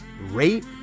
rate